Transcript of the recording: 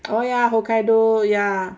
oh ya hokkaido ya